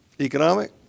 Economic